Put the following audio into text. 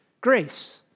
grace